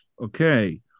Okay